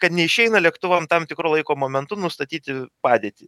kad neišeina lėktuvam tam tikru laiko momentu nustatyti padėtį